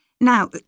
Now